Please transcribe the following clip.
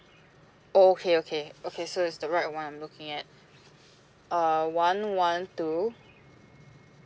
oh okay okay okay so it's the right one I'm looking at uh one one two